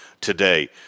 today